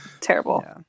terrible